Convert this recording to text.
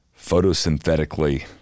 photosynthetically